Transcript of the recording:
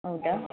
ಹೌದ